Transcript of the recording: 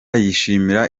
yishimira